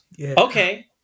okay